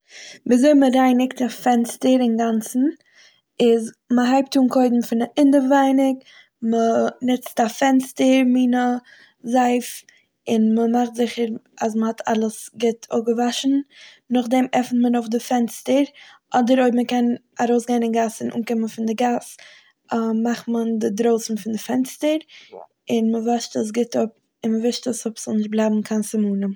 וויזוי מ'רייניגט א פענסטער אינגאנצן איז מ'הייבט אן קודם פון אינעווייניג, מ'נוצט א פענסטער מינע זייף, און מ'מאכט זיכער אז מ'האט אלעס גוט אפגעוואשן, נאכדעם עפנט מען אויף די פענסטער אדער אויב מ'קען ארויסגיין אין גאס און אנקומען פון די גאס מאכט מען די דרויסן פון די פענסטער, און מ'וואשט עס גוט אפ, און מ'ווישט עס אפ ס'זאל נישט בלייבן קיין סימן.